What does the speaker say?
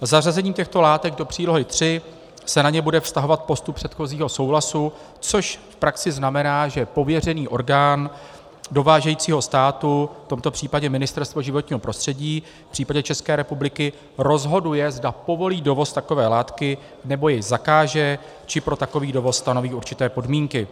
Zařazením těchto látek do přílohy III se na ně bude vztahovat postup předchozího souhlasu, což v praxi znamená, že pověřený orgán dovážejícího státu, v tomto případě Ministerstvo životního prostředí v případě České republiky, rozhoduje, zda povolí dovoz takové látky nebo jej zakáže či pro takový dovoz stanoví určité podmínky.